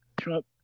Trump